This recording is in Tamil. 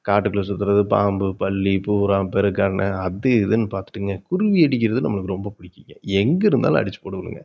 காட்டுக்குள்ளே சுற்றுறது பாம்பு பல்லி பூரான் பெருக்கான்னு அது இதுன்னு பார்த்துட்டுங்க குருவி அடிக்கிறது நம்மளுக்கு ரொம்ப பிடிக்கும்ங்க எங்கே இருந்தாலும் அடிச்சுப்புடுவேனுங்க